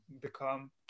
become